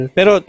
Pero